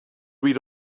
read